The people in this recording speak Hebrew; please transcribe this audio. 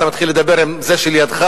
אתה מתחיל לדבר עם זה שלידך,